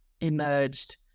emerged